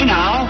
now